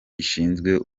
gishinzwe